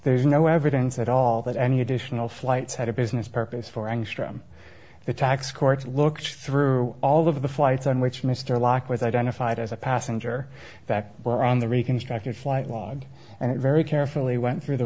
there's no evidence at all that any additional flights had a business purpose for engstrom the tax courts look through all of the flights on which mr locke was identified as a passenger that were on the reconstructed flight logs and it very carefully went through the